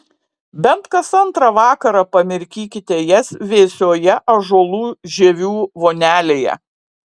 bent kas antrą vakarą pamirkykite jas vėsioje ąžuolų žievių vonelėje